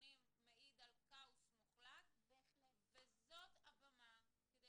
בנתונים מעיד על כאוס מוחלט וזאת הבמה כדי